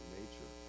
nature